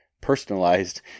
personalized